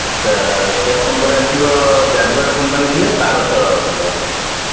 ଆଚ୍ଛା ସେ ଆପଣଙ୍କର ଆସିବ ଜାଗୁଆର କମ୍ପାନୀ ହେଲେ ବାରଶହ ଟଙ୍କା ଭଳିଆ ହେଇଯିବ